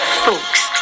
folks